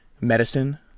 medicine